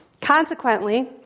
Consequently